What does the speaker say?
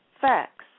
facts